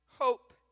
Hope